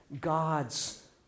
God's